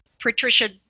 Patricia